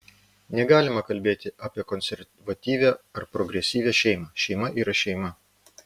negalima kalbėti apie konservatyvią ar progresyvią šeimą šeima yra šeima